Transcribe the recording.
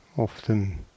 Often